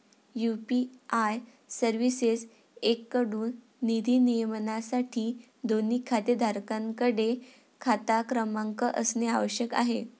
UPI सर्व्हिसेसएकडून निधी नियमनासाठी, दोन्ही खातेधारकांकडे खाता क्रमांक असणे आवश्यक आहे